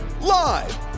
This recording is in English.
Live